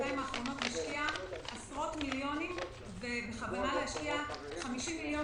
השקיע עשרות מיליונים ובכוונה להשקיע 50 מיליון